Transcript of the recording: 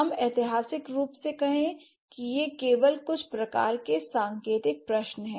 हम ऐतिहासिक रूप से कहें कि ये केवल कुछ प्रकार के सांकेतिक प्रश्न हैं